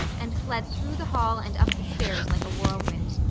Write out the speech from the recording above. and fled through the hall and up the stairs like a whirlwind.